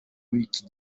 w’iki